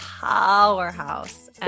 powerhouse